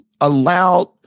allowed